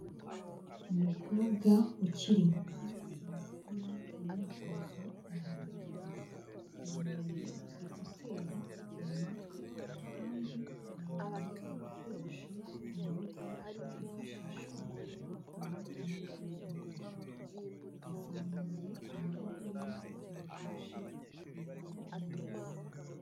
Umukobwa ukiri muto ari gukora imyitozo ngororamubiri, yambaye ekuteri mu matwi, kandi yambaye agakoresho ku maboko kifashishwa bakora imyitozo ngororamubiri, azamuye amaboko ye kugirango abashe kuyarambura neza.